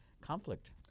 conflict